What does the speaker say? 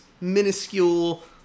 minuscule